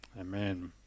Amen